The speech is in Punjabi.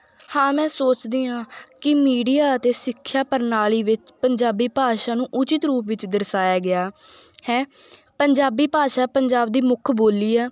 ਹਾਂ ਮੈਂ ਸੋਚਦੀ ਹਾਂ ਕਿ ਮੀਡੀਆ ਅਤੇ ਸਿੱਖਿਆ ਪ੍ਰਣਾਲੀ ਵਿੱਚ ਪੰਜਾਬੀ ਭਾਸ਼ਾ ਨੂੰ ਉਚਿੱਤ ਰੂਪ ਵਿੱਚ ਦਰਸਾਇਆ ਗਿਆ ਹੈ ਪੰਜਾਬੀ ਭਾਸ਼ਾ ਪੰਜਾਬ ਦੀ ਮੁੱਖ ਬੋਲੀ ਹੈ